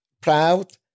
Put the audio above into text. proud